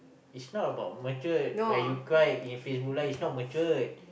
is not about matured when you cry in Facebook Live is not matured